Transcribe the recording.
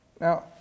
Now